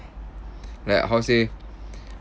like how to say